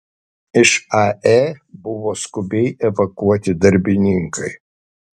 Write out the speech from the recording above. iš ae buvo skubiai evakuoti darbininkai